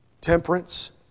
temperance